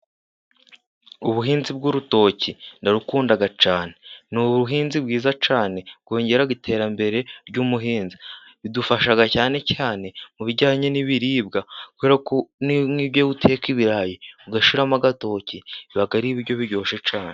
Ubuhinzi bw'urutoki ndarukunda cyane. N'ubuhinzi bwiza cyane bwongera iterambere ry'umuhinzi, bidufasha cyane cyane mu bijyanye n'ibiribwa nk'iyo uteka ibirayi ugashiramo agatoki biba ar'ibiryo biryoshye cyane.